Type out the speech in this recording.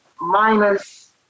minus